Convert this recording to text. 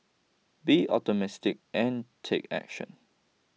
be optimistic and take action